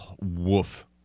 woof